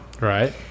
right